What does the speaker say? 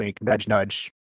nudge-nudge